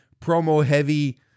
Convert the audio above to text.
promo-heavy